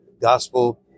gospel